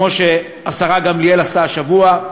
כמו שהשרה גמליאל עשתה השבוע,